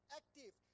active